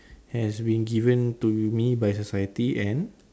has been given to me by society and